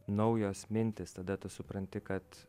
naujos mintys tada tu supranti kad